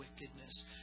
wickedness